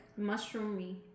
Mushroomy